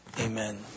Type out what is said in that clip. amen